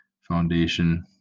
foundation